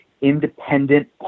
independent